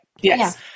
Yes